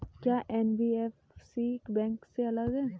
क्या NBFC bank से अलग है?